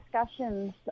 discussions